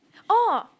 oh